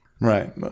right